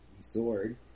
sword